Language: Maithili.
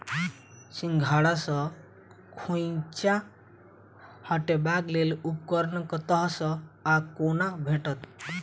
सिंघाड़ा सऽ खोइंचा हटेबाक लेल उपकरण कतह सऽ आ कोना भेटत?